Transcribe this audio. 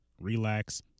relax